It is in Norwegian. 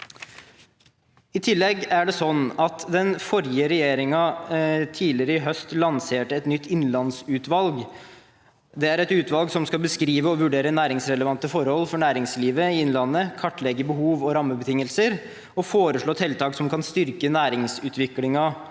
Tidligere i høst lanserte den forrige regjeringen et nytt innlandsutvalg. Det er et utvalg som skal beskrive og vurdere næringsrelevante forhold for næringslivet i innlandet, kartlegge behov og rammebetingelser og foreslå tiltak som kan styrke næringsutviklingen,